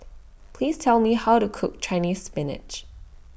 Please Tell Me How to Cook Chinese Spinach